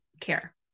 care